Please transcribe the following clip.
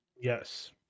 Yes